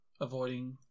avoiding